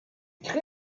crée